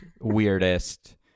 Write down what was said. weirdest